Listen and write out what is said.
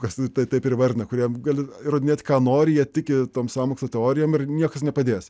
kas tai tai taip ir įvardina kuriem gali įrodinėt ką nori jie tiki tom sąmokslo teorijom ir niekas nepadės